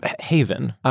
haven